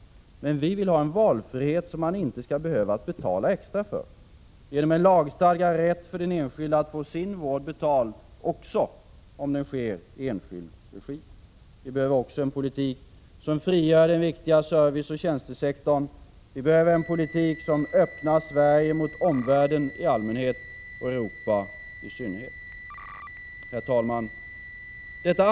Men vi vill ha en valfrihet som man inte skall behöva att betala extra för, genom en lagstadgad rätt för den enskilde att få sin vård betald, också om den sker i enskild regi. Vi behöver också en politik som frigör den viktiga serviceoch tjänstesektorn. Vi behöver en politik som öppnar Sverige mot omvärlden i allmänhet och Europa i synnerhet. Herr talman!